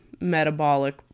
metabolic